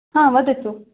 हा वदतु